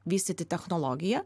vystyti technologiją